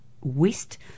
West